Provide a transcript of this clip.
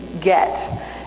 get